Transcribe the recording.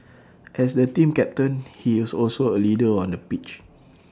as the team captain he is also A leader on the pitch